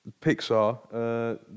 Pixar